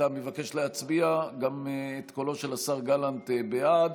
אתה מבקש להצביע, גם את קולו של השר גלנט, בעד,